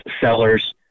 sellers